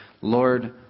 Lord